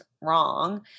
wrong